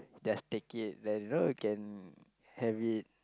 just take it you know we can have it